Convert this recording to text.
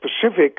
Pacific